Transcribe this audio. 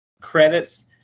credits